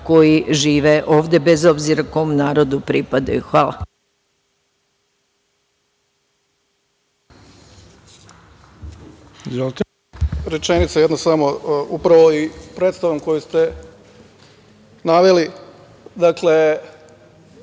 koji žive ovde, bez obzira kom narodu pripadaju. Hvala.